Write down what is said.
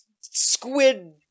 squid